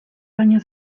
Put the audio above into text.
baina